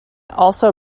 also